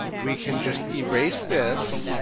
we can just erase this,